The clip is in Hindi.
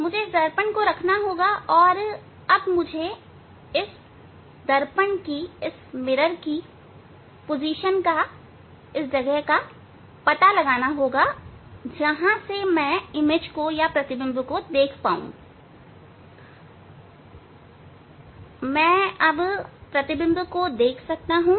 मुझे इस दर्पण को रखना होगा और अब मुझे दर्पण की स्थिति का पता लगाना होगा जहां से मैं प्रतिबिंब को देख सकूं मैं प्रतिबिंब को देख सकता हूं